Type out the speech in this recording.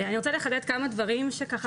אני רוצה לחדד כמה דברים שככה,